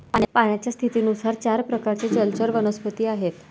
पाण्याच्या स्थितीनुसार चार प्रकारचे जलचर वनस्पती आहेत